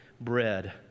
bread